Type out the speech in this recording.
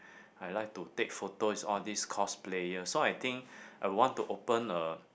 I like to take photos all these cause players so I think I will want to open a